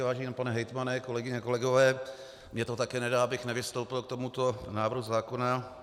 Vážený pane hejtmane, kolegyně, kolegové, mně to také nedá, abych nevystoupil k tomuto návrhu zákona.